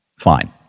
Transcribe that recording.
Fine